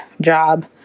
job